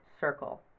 circle